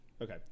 Okay